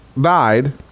died